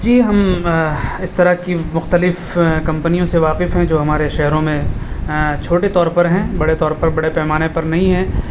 جی ہم اس طرح کی مختلف کمپنیوں سے واقف ہیں جو ہمارے شہروں میں چھوٹے طور پر ہیں بڑے طور پر بڑے پیمانے پر نہیں ہیں